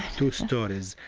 two stories.